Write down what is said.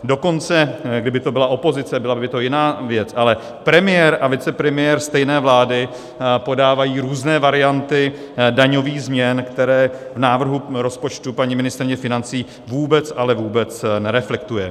Dokonce kdyby to byla opozice, byla by to jiná věc, ale premiér a vicepremiér stejné vlády podávají různé varianty daňových změn, které v návrhu rozpočtu paní ministryně financí vůbec, ale vůbec nereflektuje.